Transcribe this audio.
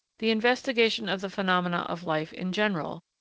the investigation of the phenomena of life in general,